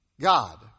God